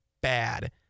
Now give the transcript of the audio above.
bad